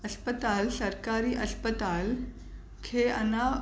अस्पताल सरकारी अस्पताल खे अञा